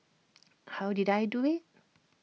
how did I do IT